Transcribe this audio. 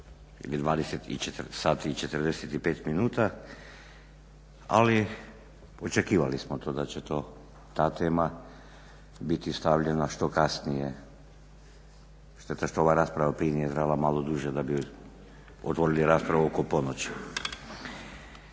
ili 20.45 minuta, ali očekivali smo to, da će ta tema biti stavljena što kasnije. Šteta što ova rasprava prije nije trajala malo duže da bi otvorili raspravu oko ponoći.